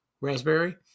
raspberry